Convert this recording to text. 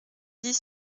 dit